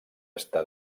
està